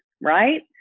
right